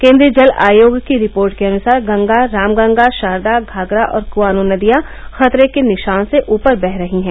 केन्द्रीय जल आयोग की रिपोर्ट के अनुसार गंगा रामगंगा शारदा घाघरा और कुआनों नदियां खतरे के निशान से ऊपर बह रही हैं